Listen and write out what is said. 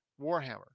Warhammer